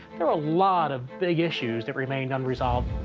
there were a lot of big issues that remained unresolved.